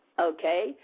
Okay